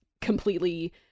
completely